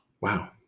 Wow